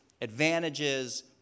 advantages